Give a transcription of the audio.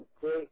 great